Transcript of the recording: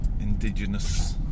indigenous